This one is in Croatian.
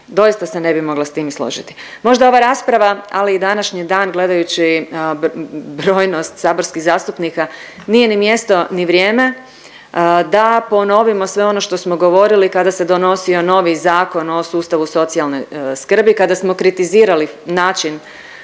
doista se ne bih mogla s tim složiti. Možda ova rasprava, ali i današnji dan, gledajući brojnost saborskih zastupnika nije ni mjesto ni vrijeme da ponovimo sve ono što smo govorili kada se donosio Zakon o sustavu socijalne skrbi kada smo kritizirali način